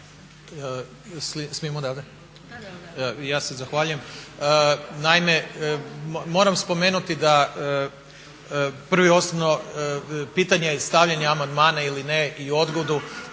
(SDP)** Ja se zahvaljujem. Naime, moram spomenuti da prvo i osnovno pitanje stavljanja amandmana ili ne ili odgodu,